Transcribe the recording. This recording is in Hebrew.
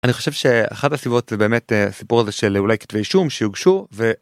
אני חושב שאחת הסיבות זה באמת הסיפור הזה של אולי כתבי אישום שהוגשו ו...